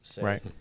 Right